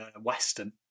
Western